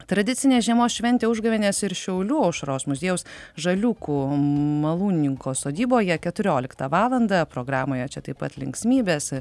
tradicinė žiemos šventė užgavėnės ir šiaulių aušros muziejaus žaliūkų malūnininko sodyboje keturioliktą valandą programoje čia taip pat linksmybės